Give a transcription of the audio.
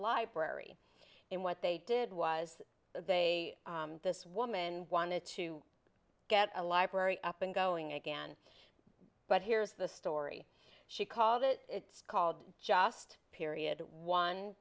library and what they did was they this woman wanted to get a library up and going again but here is the story she called it it's called just period one